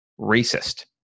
racist